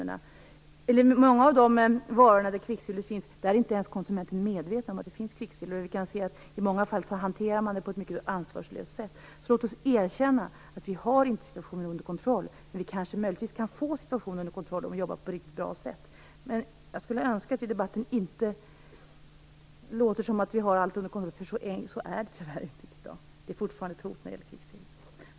I många av de varor i vilka det finns kvicksilver är konsumenterna inte medvetna om det. I många fall hanteras varorna därför på ett mycket ansvarslöst sätt. Låt oss därför erkänna att vi inte har situationen under kontroll, men vi kanske möjligen kan få situationen under kontroll om vi jobbar på ett riktigt bra sätt. Men jag skulle önska att vi i debatten inte låter som om att vi har allt under kontroll, eftersom det tyvärr inte är på det sättet i dag. Kvicksilvret är fortfarande ett hot.